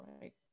right